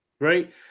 right